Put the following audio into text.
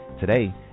Today